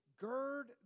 gird